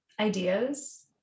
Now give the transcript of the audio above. ideas